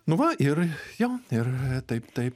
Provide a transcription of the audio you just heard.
nu va ir jo ir taip taip